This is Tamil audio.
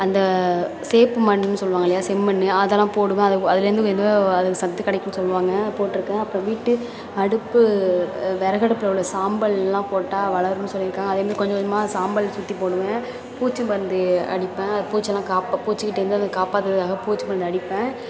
அந்த சேப்பு மண்ணுனு சொல்வாங்க இல்லையா செம்மண்ணு அதெல்லாம் போடுவேன் அது அதுலேருந்து ஏதோ அதுக்கு சத்து கிடைக்கும் சொல்லுவாங்க போட்டிருக்கேன் அப்புறம் வீட்டு அடுப்பு விறகடுப்பிலுள்ள சாம்பலெல்லாம் போட்டால் வளரும்னு சொல்லியிருக்காங்க அதே மாரி கொஞ்சம் கொஞ்சமாக சாம்பல் சுற்றி போடுவேன் பூச்சி மருந்து அடிப்பேன் பூச்சியெலாம் காப்ப பூச்சிக்கிட்டேயிருந்து அதை காப்பாத்துறதுக்காக பூச்சி மருந்து அடிப்பேன்